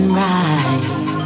right